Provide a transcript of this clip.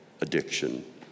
addiction